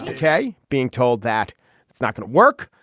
k being told that it's not gonna work.